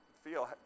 feel